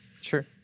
Sure